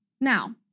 Now